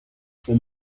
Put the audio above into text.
for